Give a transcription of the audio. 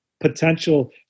potential